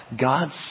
God's